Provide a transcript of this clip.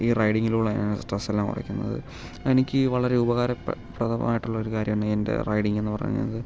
ഈ റൈഡിങ്ങിലൂടെയാണ് സ്ട്രെസ്സ് എല്ലാം കുറയ്ക്കുന്നത് എനിക്ക് വളരെ ഉപകാരപ്രദമായിട്ടുള്ള ഒരു കാര്യമാണ് എൻ്റെ റൈഡിങ്ങ് എന്ന് പറയുന്നത്